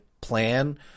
plan